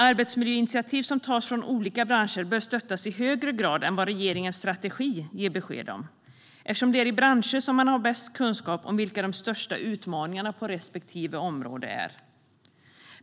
Arbetsmiljöinitiativ som tas i olika branscher bör stöttas i högre grad än vad regeringens strategi ger besked om, eftersom det är i branscherna som man har bäst kunskap om vilka de största utmaningarna på respektive område är.